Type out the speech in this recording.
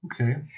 okay